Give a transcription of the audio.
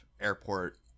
airport